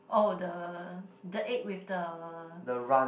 oh the the egg with the